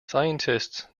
scientists